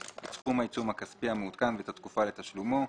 את סכום העיצום הכספי המעודכן ואת התקופה לתשלומו.